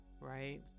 right